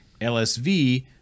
lsv